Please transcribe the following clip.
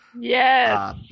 Yes